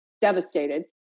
devastated